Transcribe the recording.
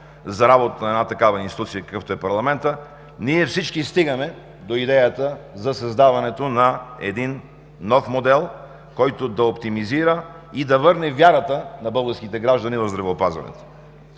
за работата на една такава институция, каквато е парламентът, ние всички стигаме до идеята за създаването на един нов модел, който да оптимизира и да върне вярата на българските граждани в здравеопазването.